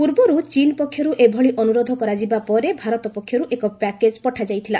ପୂର୍ବରୁ ଚୀନ୍ ପକ୍ଷରୁ ଏଭଳି ଅନୁରୋଧ କରାଯିବା ପରେ ଭାରତ ପକ୍ଷରୁ ଏକ ପ୍ୟାକେଜ୍ ପଠାଯାଇଥିଲା